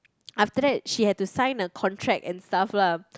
after that she had to sign a contract and stuff lah